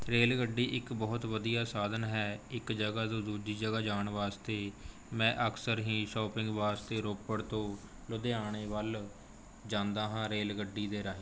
rail ਗੱਡੀ ਇੱਕ ਬਹੁਤ ਵਧੀਆ ਸਾਧਨ ਹੈ ਇੱਕ ਜਗ੍ਹਾ ਤੋਂ ਦੂਜੀ ਜਗ੍ਹਾ ਜਾਣ ਵਾਸਤੇ ਮੈਂ ਅਕਸਰ ਹੀ ਸ਼ੋਪਿੰਗ ਵਾਸਤੇ ਰੋਪੜ ਤੋਂ ਲੁਧਿਆਣੇ ਵੱਲ ਜਾਂਦਾ ਹਾਂ ਰੇਲ ਗੱਡੀ ਦੇ ਰਾਹੀਂ